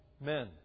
men